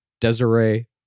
Desiree